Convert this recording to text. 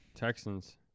Texans